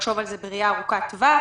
לחשוב על זה בראייה ארוכת טווח.